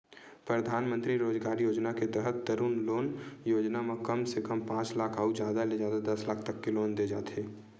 परधानमंतरी रोजगार योजना के तहत तरून लोन योजना म कम से कम पांच लाख अउ जादा ले जादा दस लाख तक के लोन दे जाथे